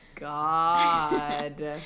God